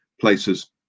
places